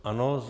Ano.